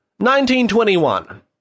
1921